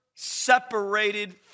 separated